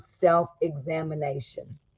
self-examination